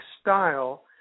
style